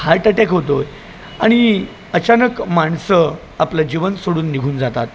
heart attack होतो आहे आणि अचानक माणसं आपलं जीवन सोडून निघून जातात